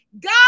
God